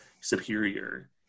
superior